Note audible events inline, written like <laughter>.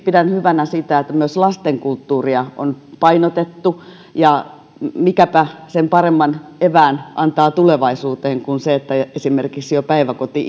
pidän hyvänä esimerkiksi sitä että myös lastenkulttuuria on painotettu ja mikäpä sen paremman evään antaa tulevaisuuteen kuin se että esimerkiksi jo päiväkoti <unintelligible>